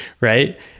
Right